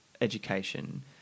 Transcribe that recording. education